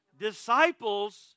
Disciples